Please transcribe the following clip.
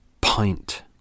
Pint